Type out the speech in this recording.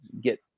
get